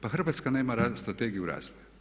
Pa Hrvatska nema strategiju razvoja.